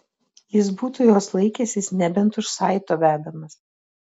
jis būtų jos laikęsis nebent už saito vedamas